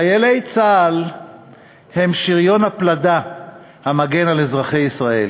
חיילי צה"ל הם שריון הפלדה המגן על אזרחי ישראל.